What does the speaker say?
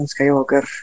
Skywalker